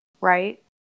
right